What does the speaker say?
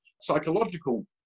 psychological